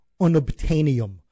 unobtainium